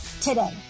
today